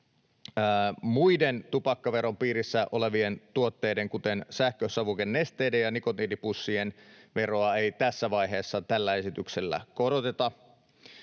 Muiden tupakkaveron piirissä olevien tuotteiden, kuten sähkösavukenesteiden ja nikotiinipussien, veroa ei tässä vaiheessa tällä esityksellä koroteta.